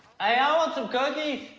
i um want some cookies!